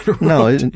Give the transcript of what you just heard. No